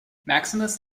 maximus